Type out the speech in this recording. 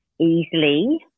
easily